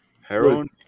Heroin